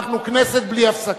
אנחנו כנסת בלי הפסקה.